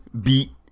beat